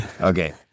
Okay